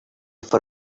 for